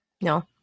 No